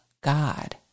God